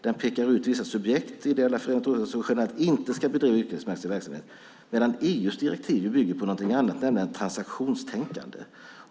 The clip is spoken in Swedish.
Den pekar alltså ut vissa subjekt - ideella föreningar - som generellt inte ska bedriva yrkesmässig verksamhet, medan EU:s mervärdesskattedirektiv bygger på något annat, nämligen ett transaktionstänkande.